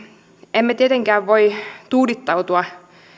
emme tietenkään voi tuudittautua